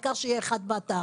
העיקר שיהיה אחד באתר?